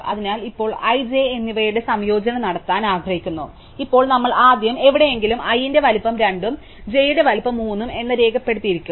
അതിനാൽ ഇപ്പോൾ i j എന്നിവയുടെ സംയോജനം നടത്താൻ ഞങ്ങൾ ആഗ്രഹിക്കുന്നു അതിനാൽ ഇപ്പോൾ നമ്മൾ ആദ്യം എവിടെയെങ്കിലും i ന്റെ വലുപ്പം 2 ഉം j യുടെ വലുപ്പവും 3 എന്ന് രേഖപ്പെടുത്തിയിരിക്കും